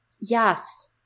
yes